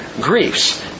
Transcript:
griefs